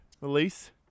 release